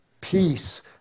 peace